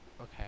okay